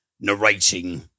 narrating